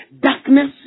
darkness